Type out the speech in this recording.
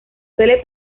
suele